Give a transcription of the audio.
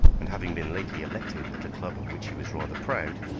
and having been lately elected at a club of which he was rather proud,